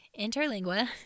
Interlingua